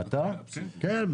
כן,